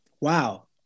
wow